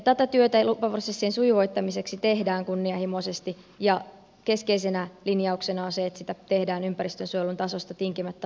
tätä työtä lupaprosessien sujuvoittamiseksi tehdään kunnianhimoisesti ja keskeisenä linjauksena on se että sitä tehdään ympäristönsuojelun tasosta tinkimättä